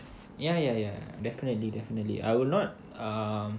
ya ya ya definitely definitely I will not